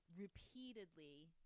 repeatedly